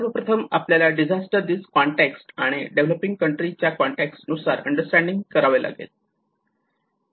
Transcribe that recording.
सर्वप्रथम आपल्याला disaster risk context आणि डेव्हलपिंग कंट्री च्या कॉन्टेक्स नुसार अंडरस्टँडिंग करावे लागेल